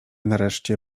nareszcie